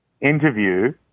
interview